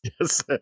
yes